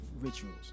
rituals